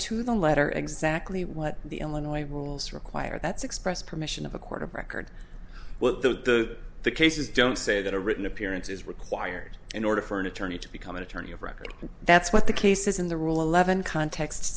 the letter exactly what the illinois rules require that's express permission of a court of record what the the case is don't say that a written appearance is required in order for an attorney to become an attorney of record and that's what the case is in the rule eleven context